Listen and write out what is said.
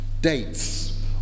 dates